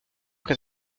donc